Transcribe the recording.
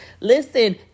Listen